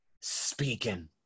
speaking